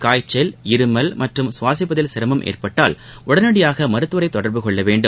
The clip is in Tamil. காய்ச்சல் இருமல் மற்றும் கவாசிப்பதில் சிரமம் ஏற்பட்டால் உடனடியாக மருத்துவரை தொடர்பு கொள்ள வேண்டும்